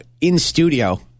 in-studio